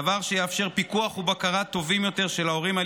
דבר שיאפשר פיקוח ובקרה טובים יותר של ההורים על